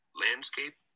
landscape